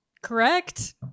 Correct